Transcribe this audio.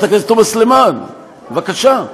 זו התשובה שלך?